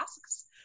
Asks